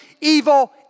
evil